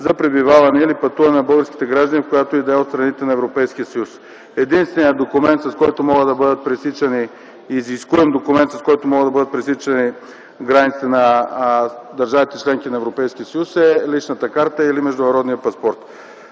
за пребиваване или пътуване на българските граждани в която и да е от страните на Европейския съюз. Единственият изискуем документ, с който могат да бъдат пресичани границите на държавите-членки на Европейския съюз, е личната карта или международния паспорт.